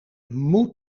moet